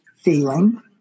feeling